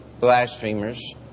blasphemers